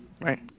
Right